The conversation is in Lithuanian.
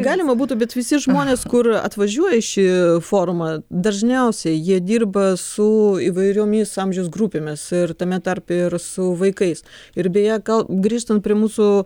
galima būtų bet visi žmonės kur atvažiuoja į šį forumą dažniausiai jie dirba su įvairiomis amžiaus grupėmis ir tame tarpe ir su vaikais ir beje gal grįžtant prie mūsų